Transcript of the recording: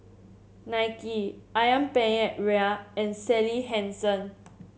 Nike ayam Penyet Ria and Sally Hansen